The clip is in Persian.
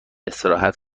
استراحت